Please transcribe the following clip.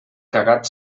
cagat